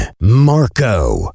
Marco